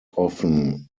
often